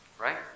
Right